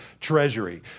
treasury